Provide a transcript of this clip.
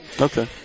Okay